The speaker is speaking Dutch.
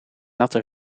natte